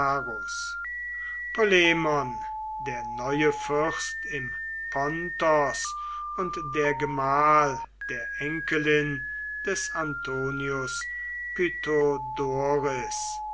der neue fürst im pontos und der gemahl der enkelin des antonius